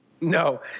No